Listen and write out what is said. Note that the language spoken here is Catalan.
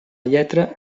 lletra